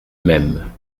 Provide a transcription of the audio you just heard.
mêmes